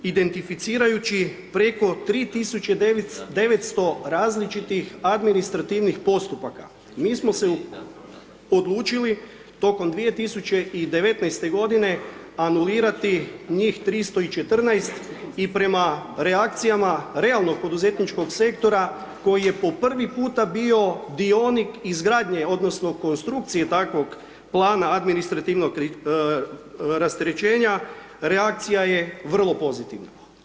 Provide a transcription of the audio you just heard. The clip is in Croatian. Identificirajući preko 3900 različitih administrativnih postupaka, mi smo se odlučili tokom 2019. g. anulirati njih 314 i prema reakcijama realnog poduzetničkog sektora koji je po prvi puta bio dionik izgradnje odnosno konstrukcije takvog plana administrativnog rasterećenja, reakcija je vrlo pozitivna.